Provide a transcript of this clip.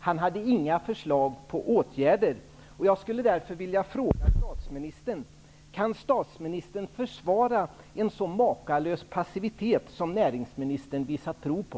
Han hade inga förslag åtgärder. Jag skulle därför vilja ställa en fråga till statsministern: Kan statsministern försvara en sådan makalös passivitet som den som näringsministern visade prov på?